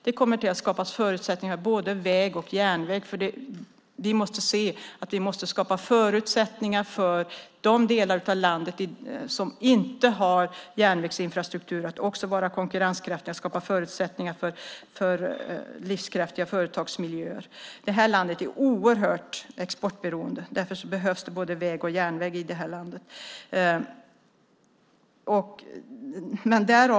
Det kommer att skapas förutsättningar för både väg och järnväg. Vi måste skapa förutsättningar även för de delar av landet som inte har järnvägsinfrastruktur att vara konkurrenskraftiga och ha livskraftiga företagsmiljöer. Det här landet är oerhört exportberoende. Därför behövs det både väg och järnväg.